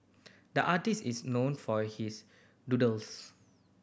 the artist is known for his doodles